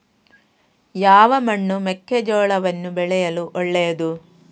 ಯಾವ ಮಣ್ಣು ಮೆಕ್ಕೆಜೋಳವನ್ನು ಬೆಳೆಯಲು ಒಳ್ಳೆಯದು?